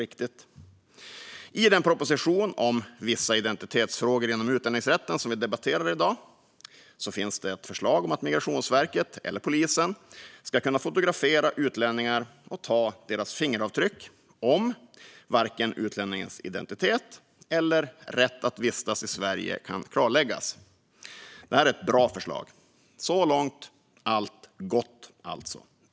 I den proposition om vissa identitetsfrågor inom utlänningsrätten som vi debatterar i dag finns ett förslag om att Migrationsverket eller polisen ska kunna fotografera utlänningar och ta deras fingeravtryck om varken utlänningens identitet eller rätt att vistas i Sverige kan klarläggas. Det är ett bra förslag. Så långt allt gott alltså.